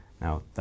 Now